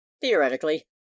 Theoretically